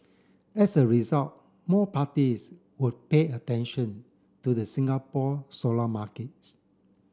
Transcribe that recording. as a result more parties would pay attention to the Singapore solar markets